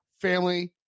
family